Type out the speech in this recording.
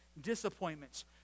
disappointments